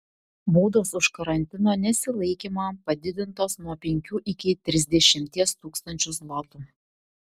baudos už karantino nesilaikymą padidintos nuo penkių iki trisdešimties tūkstančių zlotų